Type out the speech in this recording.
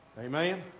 amen